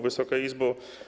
Wysoka Izbo!